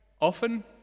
Often